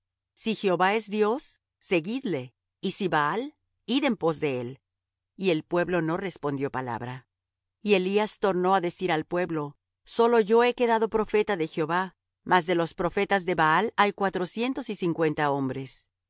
si jehová es dios seguidle y si baal id en pos de él y el pueblo no respondió palabra y elías tornó á decir al pueblo sólo yo he quedado profeta de jehová mas de los profetas de baal hay cuatrocientos y cincuenta hombres